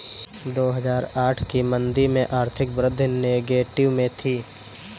दो हजार आठ की मंदी में आर्थिक वृद्धि नेगेटिव में थी